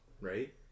right